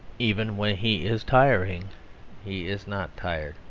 even when he is tiring he is not tired.